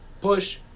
Push